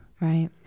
Right